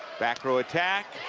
back row attack.